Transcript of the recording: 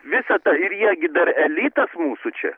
visa ta ir jie gi dar elitas mūsų čia